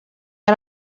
out